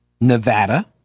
Nevada